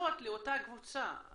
ישירות לאותה קבוצה,